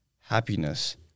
happiness